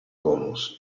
bonus